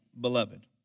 beloved